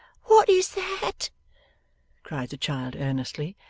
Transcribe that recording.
what is that cried the child, earnestly.